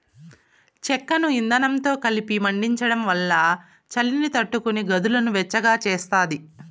చెక్కను ఇందనంతో కలిపి మండించడం వల్ల చలిని తట్టుకొని గదులను వెచ్చగా చేస్తాది